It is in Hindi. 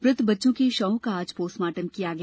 मृत बच्चों के शवों का आज पोस्टमार्टम किया गया